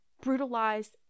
brutalized